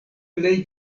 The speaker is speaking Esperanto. plej